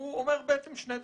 הוא אומר שני דברים.